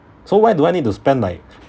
so why do I need to spend like